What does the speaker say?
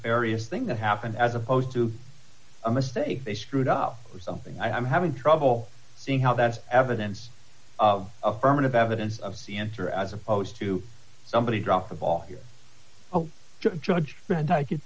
us thing that happened as opposed to a mistake they screwed up something i'm having trouble seeing how that's evidence of affirmative evidence of c answer as opposed to somebody dropped the ball here judge and i could